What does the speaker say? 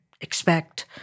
expect